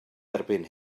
erbyn